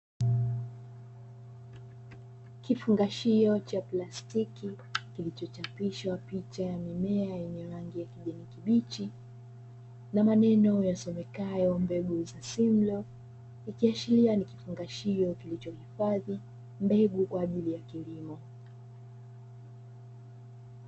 Kifungashio cha plastiki kilichochapishwa kicha ya mimea yenye rangi ya kijani kibichi na maneno yasomekayo "Mbegu za simlo" ikiashiria ni kifungashio kilicho hifadhi mbegu kwaajili ya kilimo.